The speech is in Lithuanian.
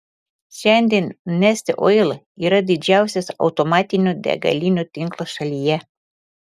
šiandien neste oil yra didžiausias automatinių degalinių tinklas šalyje